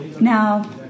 Now